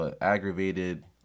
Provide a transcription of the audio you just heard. aggravated